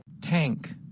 Tank